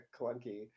clunky